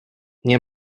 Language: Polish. nie